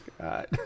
God